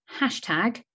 hashtag